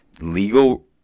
legal